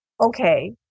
okay